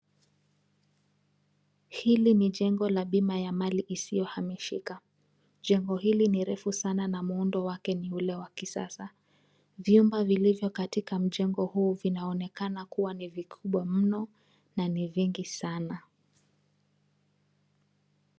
Hili ni jengo la bima ya mali isiyohamishika. Jengo hili ni refu sana na muundo wake ni ule wa kisasa. Vyumba vilivyo katika mjengo huo vinaonekana kuwa ni vikubwa mno na ni vingi sana.